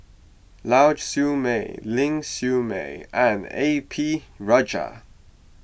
Lau Siew Mei Ling Siew May and A P Rajah